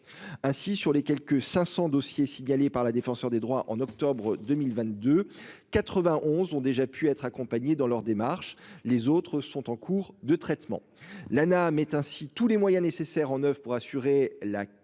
ainsi sur les quelque 500 dossiers signalés par la défenseure des droits en octobre 2022, 91 ont déjà pu être accompagnés dans leur démarche, les autres sont en cours de traitement. Lana mettent ainsi tous les moyens nécessaires en oeuvre pour assurer la qualité